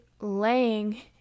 laying